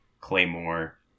Claymore